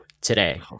today